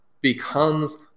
becomes